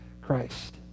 Christ